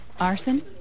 Arson